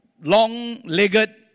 long-legged